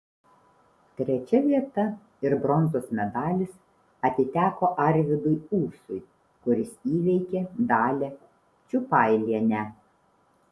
trečia vieta ir bronzos medalis atiteko arvydui ūsui kuris įveikė dalią čiupailienę